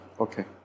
Okay